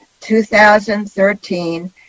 2013